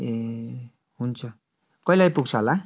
ए हुन्छ कहिले आइपुग्छ होला